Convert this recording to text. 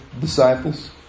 disciples